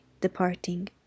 departing